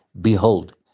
Behold